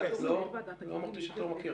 לא אמרתי שאתה לא מכיר.